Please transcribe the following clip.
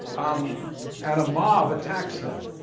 um and a mob attacks them.